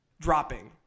dropping